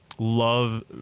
love